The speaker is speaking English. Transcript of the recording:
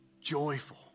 joyful